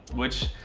which,